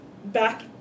Back